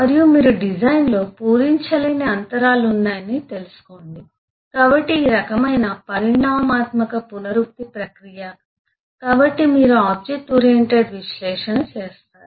మరియు మీరు డిజైన్లో పూరించలేని అంతరాలు ఉన్నాయని తెలుసుకోండి కాబట్టి ఈ రకమైన పరిణామాత్మక పునరుక్తి ప్రక్రియ కాబట్టి మీరు ఆబ్జెక్ట్ ఓరియెంటెడ్ విశ్లేషణ చేస్తారు